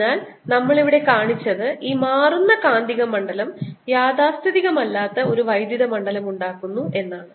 അതിനാൽ നമ്മൾ ഇവിടെ കാണിച്ചത് ഈ മാറുന്ന കാന്തിക മണ്ഡലം യാഥാസ്ഥിതികമല്ലാത്ത ഒരു വൈദ്യുത മണ്ഡലം ഉണ്ടാക്കുന്നു എന്നാണ്